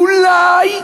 לא אולי,